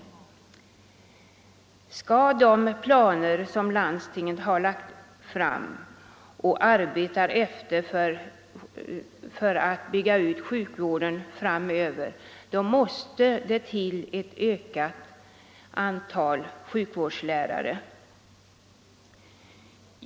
Om de planer som landstingen har gjort upp och arbetar efter för att bygga ut sjukvården framöver skall kunna följas, så måste det till ett ökat antal sjukvårdslärare.